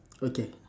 okay